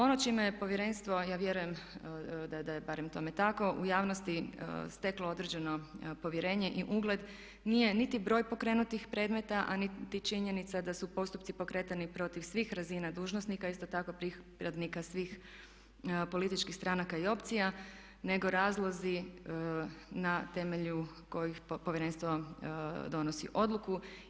Ono čime je Povjerenstvo, ja vjerujem da je barem tome tako u javnosti steklo određeno povjerenje i ugled, nije niti broj pokrenutih predmeta a niti činjenica da su postupci pokretani protiv svih razina dužnosnika, isto tako pripadnika svih političkih stranka i opcija nego razlozi na temelju kojih Povjerenstvo donosi odluku.